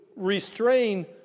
restrain